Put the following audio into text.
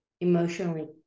emotionally